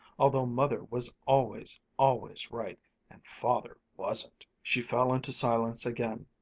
although mother was always, always right, and father wasn't. she fell into silence again,